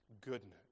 goodness